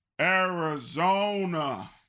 Arizona